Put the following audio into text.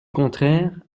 contraire